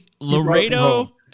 Laredo